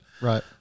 Right